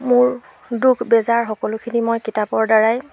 মোৰ দুখ বেজাৰ সকলোখিনি মই কিতাপৰ দ্বাৰাই